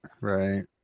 right